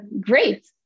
great